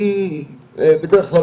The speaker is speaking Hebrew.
כי בדרך כלל,